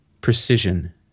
precision